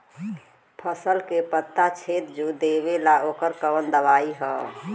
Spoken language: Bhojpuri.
फसल के पत्ता छेद जो देवेला ओकर कवन दवाई ह?